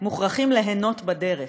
מוכרחים ליהנות בדרך.